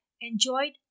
enjoyed